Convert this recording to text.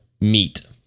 meet